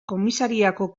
komisariako